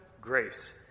grace